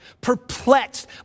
perplexed